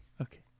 Okay